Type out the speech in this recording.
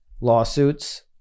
lawsuits